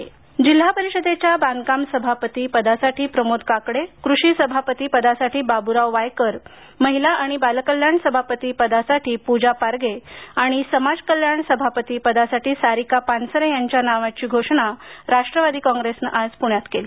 जिल्हा परिषद जिल्हा परिषदेच्या बांधकाम सभापती पदासाठी प्रमोद काकडे कृषी सभापती पदासाठी बाब्राव आप्पा वायकर महिला आणि बालकल्याण सभापती पदासाठी पूजा नवनाथ पारगे आणि समाज कल्याण सभापती पदासाठी सारिका पानसरे यांच्या नावाची राष्ट्रवादी काँग्रेसतर्फे घोषणा करण्यात आली